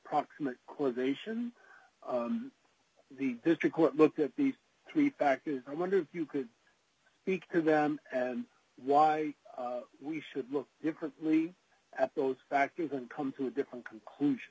proximate cause ation the district court looked at these three factors i wonder if you could speak to them and why we should look differently at those factors and come to a different conclusion